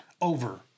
Over